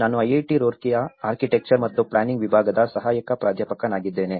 ನಾನು IIT ರೂರ್ಕಿಯ architecture ಮತ್ತು ಪ್ಲಾನಿಂಗ್ ವಿಭಾಗದ ಸಹಾಯಕ ಪ್ರಾಧ್ಯಾಪಕನಾಗಿದ್ದೇನೆ